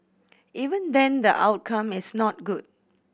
even then the outcome is not good